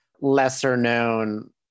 lesser-known